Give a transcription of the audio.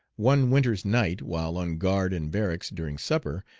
one winter's night, while on guard in barracks during supper,